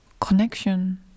connection